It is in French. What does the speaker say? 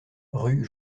rue